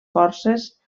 forces